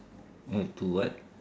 have to what